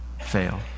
fail